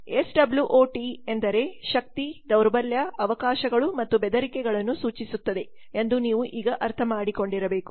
S W O T ಎಂದರೆ ಶಕ್ತಿ ದೌರ್ಬಲ್ಯ ಅವಕಾಶಗಳು ಮತ್ತು ಬೆದರಿಕೆಗಳನ್ನು ಸೂಚಿಸುತ್ತದೆ ಎಂದು ನೀವು ಈಗ ಅರ್ಥಮಾಡಿಕೊಂಡಿರಬೇಕು